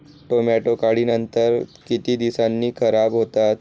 Tomato काढणीनंतर किती दिवसांनी खराब होतात?